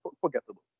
forgettable